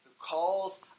calls